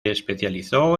especializó